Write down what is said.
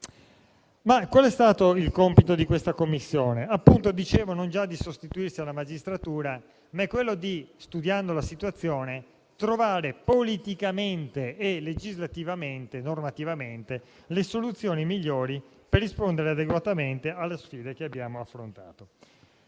Qual è stato il compito della Commissione? Come dicevo, è stato non già di sostituirsi alla magistratura ma, studiando la situazione, di trovare politicamente, legislativamente e normativamente le soluzioni migliori per rispondere adeguatamente alle sfide che abbiamo affrontato.